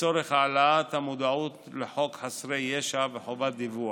לצורך העלאת המודעות לחוק חסרי ישע וחובת דיווח,